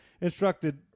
instructed